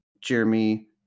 Jeremy